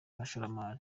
abashoramari